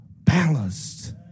balanced